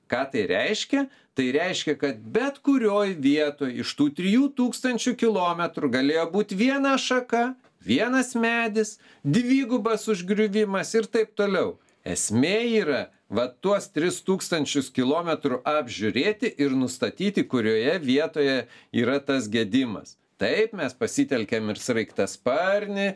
ką tai reiškia tai reiškia kad bet kurioj vietoj iš tų trijų tūkstančių kilometrų galėjo būt viena šaka vienas medis dvigubas užgriuvimas ir taip toliau esmė yra va tuos tris tūkstančius kilometrų apžiūrėti ir nustatyti kurioje vietoje yra tas gedimas taip mes pasitelkiam ir sraigtasparnį